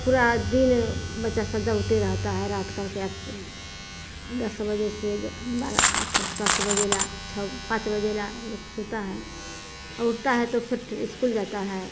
पूरा दिन में बच्चा सब दौड़ते रहता है रात कर दस बजे से बारह ठ सत बजेला अच्छा पाँच बजेला लोग सूता है और उठता है तो फिर इस्कूल जाता है